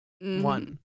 One